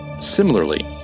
Similarly